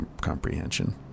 comprehension